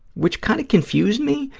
which kind of confused me,